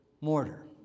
Mortar